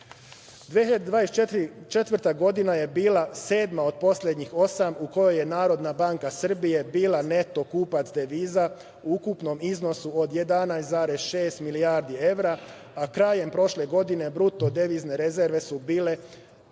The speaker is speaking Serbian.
2024. je bila sedma od poslednjih osam u kojoj je NBS bila neto kupac deviza u ukupnom iznosu od 11,6 milijardi evra, a krajem prošle godine bruto devizne rezerve su bile na